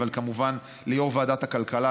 אבל כמובן ליו"ר ועדת הכלכלה,